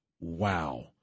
Wow